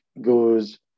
goes